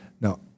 Now